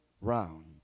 round